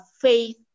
faith